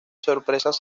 sorpresas